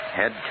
head